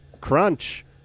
Crunch